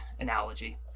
analogy